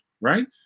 Right